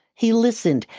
he listened.